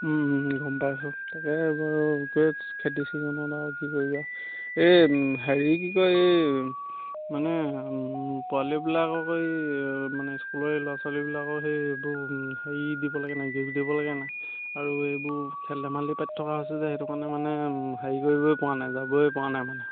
গম পাইছোঁ তাকে বাৰু এই খেতি চিজনত আৰু কি কৰিবি আৰু এই হেৰি কি কয় এই মানে পোৱালীবিলাকক এই মানে স্কুলৰে ল'ৰা ছোৱালীবিলাকক সেই এইবোৰ হেৰি দিব লাগে নাই গিফ্ট দিব লাগে নাই আৰু এইবোৰ খেল ধেমালি পাতি থকা হৈছে যে সেইটো কাৰণে মানে হেৰি কৰিবইপৰা নাই যাবইপৰা নাই মানে